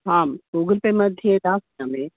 आम् Google Pay मध्ये दास्यामि